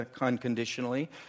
unconditionally